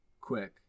quick